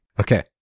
Okay